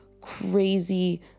crazy